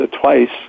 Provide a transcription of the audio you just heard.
twice